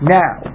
now